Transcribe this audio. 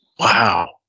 Wow